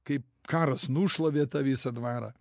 kaip karas nušlavė tą visą dvarą